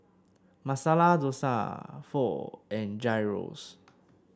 Masala Dosa Pho and Gyros